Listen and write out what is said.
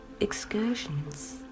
excursions